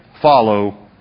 follow